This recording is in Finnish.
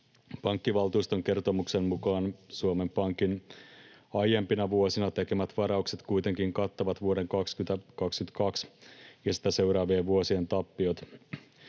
Pankkivaltuuston kertomuksen mukaan Suomen Pankin aiempina vuosina tekemät varaukset kuitenkin kattavat vuoden 2022 ja sitä seuraavien vuosien tappiot.